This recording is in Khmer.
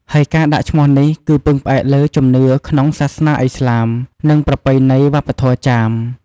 ហើយការដាក់ឈ្មោះនេះគឺពឹងផ្អែកលើ ជំនឿក្នុងសាសនាឥស្លាម និងប្រពៃណីវប្បធម៌ចាម។